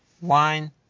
wine